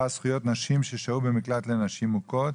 (זכויות נשים ששהו במקלט לנשים מוכות)